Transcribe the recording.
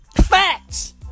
Facts